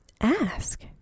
ask